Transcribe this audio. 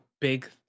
big